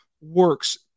works